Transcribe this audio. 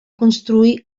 construir